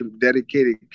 dedicated